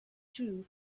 true